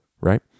right